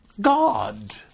God